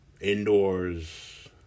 indoors